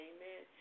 Amen